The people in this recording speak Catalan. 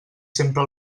sempre